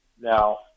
Now